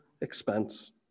expense